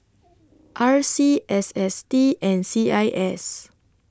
R C S S T and C I S